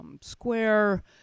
Square